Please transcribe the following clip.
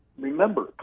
remember